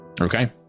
Okay